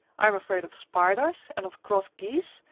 i'm afraid of spiders and of cross geese,